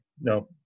no